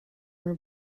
were